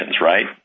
right